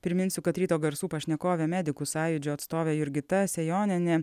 priminsiu kad ryto garsų pašnekovė medikų sąjūdžio atstovė jurgita sejonienė